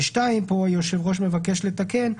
ושתיים, פה היושב ראש מבקש לתקן.